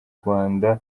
rwanda